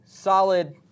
Solid